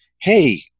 hey